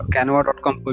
Canva.com